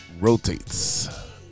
rotates